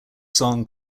song